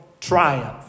triumph